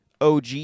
og